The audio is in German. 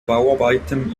bauarbeiten